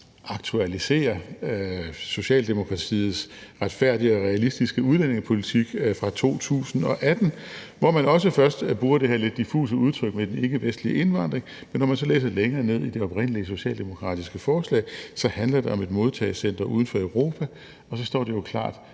aktualisere Socialdemokratiets retfærdige og realistiske udlændingepolitik fra 2018, hvor de også først bruger det her lidt diffuse udtryk med den ikkevestlige indvandring. Men når man så læser længere ned i det oprindelige socialdemokratiske forslag, handler det om et modtagecenter uden for Europa, og så står det jo klart,